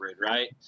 right